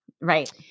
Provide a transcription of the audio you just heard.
right